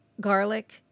garlic